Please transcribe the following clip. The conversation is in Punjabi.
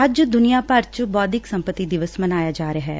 ਅੱਜ ਦੁਨੀਆਂ ਭਰ ਚ ਬੌਧਿਕ ਸੰਪਤੀ ਦਿਵਸ ਮਨਾਇਆ ਜਾ ਰਿਹੈ